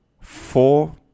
four